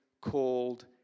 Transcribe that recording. called